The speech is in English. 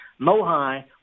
mohai